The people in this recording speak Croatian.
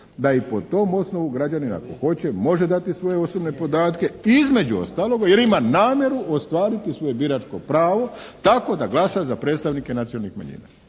da i po tom osnovu građanin ako hoće može dati svoje osobne podatke. Između ostaloga, jer ima namjeru ostvariti svoje biračko pravo tako da glasa za predstavnike nacionalnih manjina.